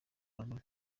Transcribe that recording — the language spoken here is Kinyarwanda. abantu